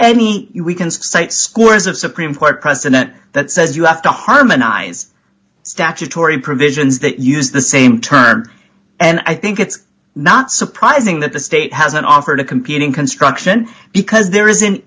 any we can cite scores of supreme court precedent that says you have to harmonize statutory provisions that use the same term and i think it's not surprising that the state hasn't offered a competing construction because there is an